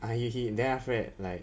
ah he he then after that like